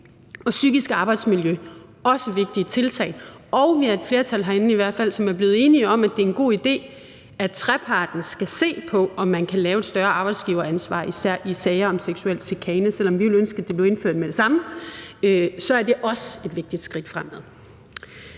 og psykisk arbejdsmiljø. Det er også et vigtigt tiltag. Og vi er i hvert fald et flertal herinde, som er blevet enige om, at det er en god idé, at treparten skal se på, om man kan lave et større arbejdsgiveransvar, især i sager om seksuel chikane, og selv om vi ville ønske, at det blev indført med det samme, er det også et vigtigt skridt fremad.